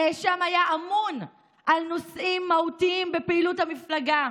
הנאשם היה אמון על נושאים מהותיים בפעילות המפלגה.